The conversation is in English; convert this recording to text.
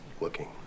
looking